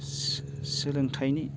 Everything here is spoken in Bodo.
सोलोंथाइनि